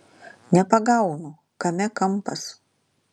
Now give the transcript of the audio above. nepagaunu kame kampas